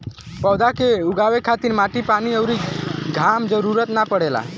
पौधा के उगावे खातिर माटी पानी अउरी घाम क जरुरत ना पड़ेला